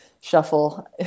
shuffle